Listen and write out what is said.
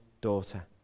daughter